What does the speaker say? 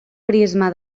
prisma